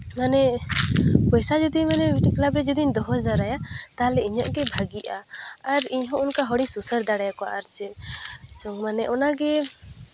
ᱢᱟᱱᱮ ᱯᱚᱭᱥᱟ ᱡᱩᱫᱤ ᱢᱟᱱᱮ ᱢᱤᱫᱴᱤᱡ ᱠᱞᱟᱵᱽ ᱨᱮ ᱡᱩᱫᱤᱧ ᱫᱚᱦᱚ ᱡᱟᱣᱨᱟᱭᱟ ᱛᱟᱦᱚᱞᱮ ᱤᱧᱟᱹᱜ ᱜᱮ ᱵᱷᱟᱜᱮᱜᱼᱟ ᱟᱨ ᱤᱧᱦᱚᱸ ᱚᱱᱠᱟ ᱦᱚᱲᱤᱧ ᱥᱩᱥᱟᱹᱨ ᱫᱟᱲᱮ ᱠᱚᱣᱟ ᱟᱨ ᱪᱮᱫ ᱢᱟᱱᱮ ᱚᱱᱟᱜᱮ